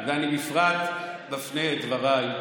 לא מינו אותך בסוף למפכ"ל,